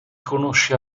conosce